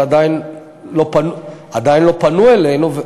אבל עדיין לא פנו אלינו,